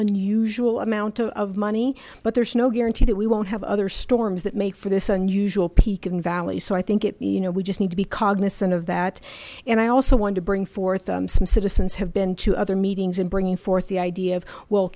unusual amount of money but there's no guarantee that we won't have other storms that make for this unusual peak and valley so i think it you know we just need to be cognizant of that and i also wanted to bring forth them some citizens have been to other meetings and bringing forth the idea of well